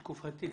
מתקופתי,